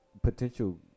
Potential